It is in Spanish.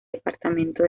departamento